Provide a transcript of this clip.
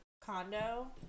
condo